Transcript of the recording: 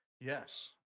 Yes